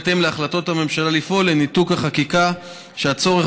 בהתאם להחלטות הממשלה לפעול לניתוק החקיקה שהצורך